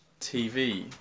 TV